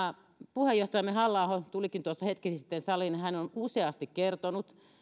puheenjohtajamme halla aho tulikin tuossa hetki sitten saliin ja hän on useasti kertonut